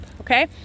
Okay